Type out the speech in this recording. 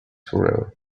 forever